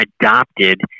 adopted